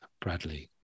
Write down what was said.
Bradley